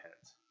heads